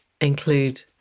include